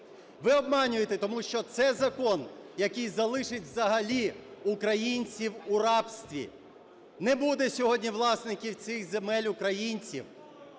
Ви обманюєте, тому що це закон, який залишить взагалі українців у рабстві. Не буде сьогодні власників цих земель українців.